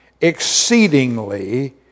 exceedingly